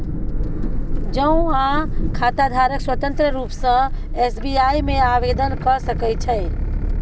जौंआँ खाताधारक स्वतंत्र रुप सँ एस.बी.आइ मे आवेदन क सकै छै